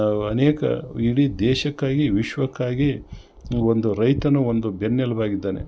ನಾವು ಅನೇಕ ಇಡೀ ದೇಶಕ್ಕಾಗಿ ವಿಶ್ವಕ್ಕಾಗಿ ಒಂದು ರೈತನು ಒಂದು ಬೆನ್ನೆಲುಬು ಆಗಿದ್ದಾನೆ